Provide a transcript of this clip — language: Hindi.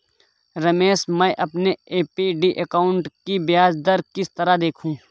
रमेश मैं अपने एफ.डी अकाउंट की ब्याज दर किस तरह देखूं?